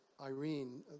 Irene